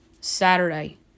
Saturday